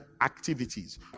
activities